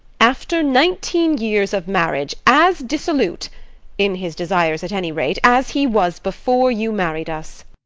after nineteen years of marriage, as dissolute in his desires at any rate as he was before you married us.